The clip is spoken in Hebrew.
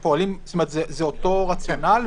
זה אותו רציונל?